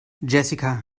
jessica